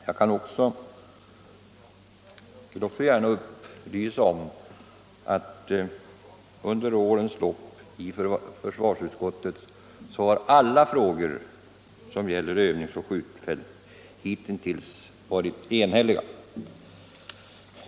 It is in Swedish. Jag vill också gärna upplysa om att i försvarsutskottet har under årens lopp alla beslut som gällt övningsoch skjutfält hitintills varit enhälliga.